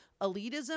elitism